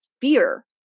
fear